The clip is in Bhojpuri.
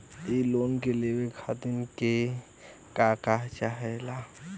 इ लोन के लेवे खातीर के का का चाहा ला?